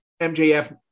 MJF